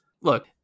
Look